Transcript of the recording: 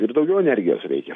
ir daugiau energijos reikia